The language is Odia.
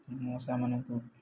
ମଶା ମାନଙ୍କୁ